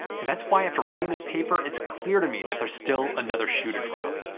and that's why, after reading this paper, it's clear to me that there's still another shoe to drop,